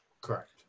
Correct